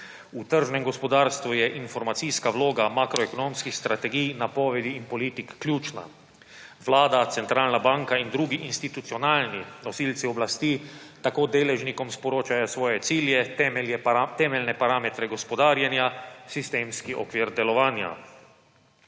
V tržnem gospodarstvu je informacijska vloga makroekonomskih strategij, napovedi in politik ključna. Vlada, Centralna banka in drugi institucionalni nosilci oblasti tako deležnikom sporočajo svoje cilje, temeljne parametre gospodarjenja, sistemski okvir delovanja.